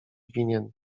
winien